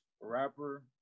rapper